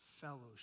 Fellowship